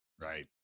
right